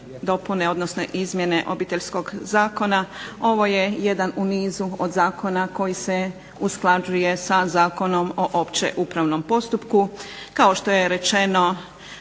odnosno izmjene Obiteljskog zakona. Ovo je jedan u nizu od zakona koji se usklađuje sa Zakonom o općem upravnom postupku.